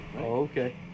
okay